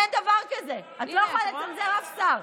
אין דבר כזה, את לא יכולה לצנזר אף שר.